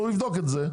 הוא יבדוק את זה.